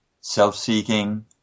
self-seeking